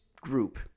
group